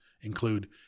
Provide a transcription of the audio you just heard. include